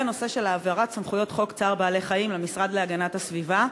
הנושא של העברת סמכויות חוק צער בעלי-חיים למשרד להגנת הסביבה.